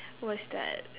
was that